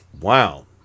Wow